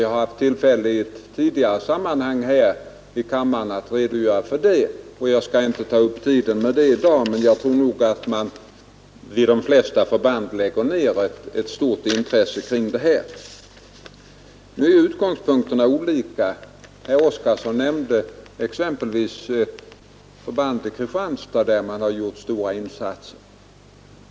Jag har i tidigare sammanhang i kammaren haft tillfälle att redogöra för detta, varför jag inte i dag skall ta upp tiden med det. Vid de flesta förband lägger man ned ett stort intresse på denna uppgift. Utgångspunkterna är dock olika. Herr Oskarson nämnde exempelvis ett förband i Kristianstad, där man gjort stora insatser.